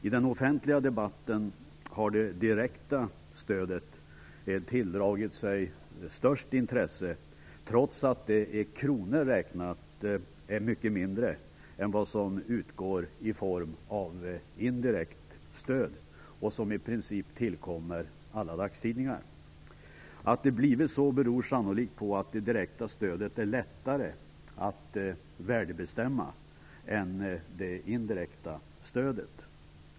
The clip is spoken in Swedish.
I den offentliga debatten har det direkta stödet tilldragit sig störst intresse trots att det i kronor räknat är mycket mindre än vad som utgår i form av indirekt stöd, och som i princip tillkommer alla dagstidningar. Att det blivit så beror sannolikt på att det direkta stödet är lättare att värdebestämma än det indirekta stödet.